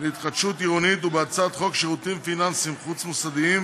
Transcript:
להתחדשות עירונית ובהצעת חוק שירותים פיננסיים חוץ-מוסדיים,